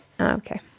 okay